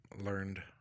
learned